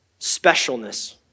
specialness